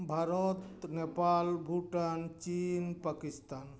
Bharat Nepal Bhutan China Pakistan